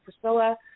Priscilla